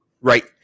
Right